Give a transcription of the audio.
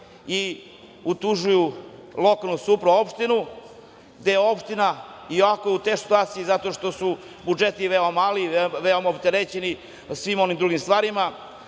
i utužuju lokalnu samoupravu, opštinu, gde je opština u jako teškoj situaciji zato što su budžeti veoma mali, veoma opterećeni svim onim drugim stvarima,